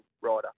rider